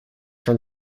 from